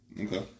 Okay